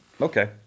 okay